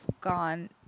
gone